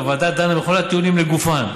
הוועדה דנה בכל הטיעונים לגופם.